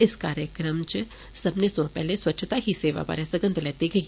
इस कार्यक्रम च सब्बनें सोयां पेहले स्वच्छता ही सेवा बारै सगंध लैती गेई